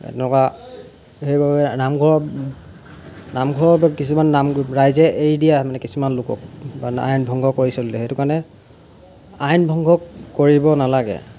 এনেকুৱা সেইবাবে নামঘৰৰ নামঘৰত কিছুমান নাম ৰাইজে এৰি দিয়ে কিছুমান লোকক আইন ভংগ কৰি চলিলে সেইটো কাৰণে আইন ভংগ কৰিব নালাগে